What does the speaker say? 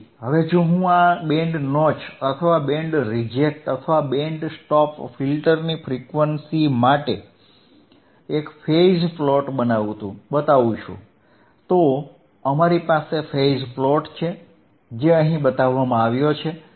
તેથી હવે જો હું આ બેન્ડ નોચ અથવા બેન્ડ રિજેક્ટ અથવા બેન્ડ સ્ટોપ ફિલ્ટરની ફ્રીક્વન્સી માટે એક ફેઝ પ્લોટ બતાવુ છું તો અમારી પાસે ફેઝ પ્લોટ છે જે અહીં બતાવવામાં આવ્યો છે